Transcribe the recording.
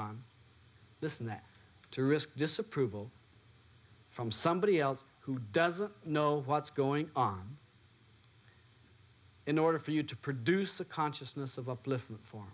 on this and that to risk disapproval from somebody else who doesn't know what's going on in order for you to produce a consciousness of uplift form